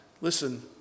Listen